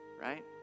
right